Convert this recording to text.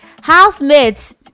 Housemates